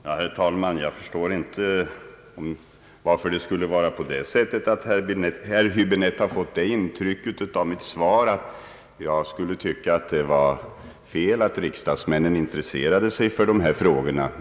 Herr talman! Jag förstår inte varför herr Häbinette fått det intrycket av mitt svar att jag skulle tycka det var fel av riksdagsmännen att intressera sig för dessa frågor.